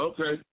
Okay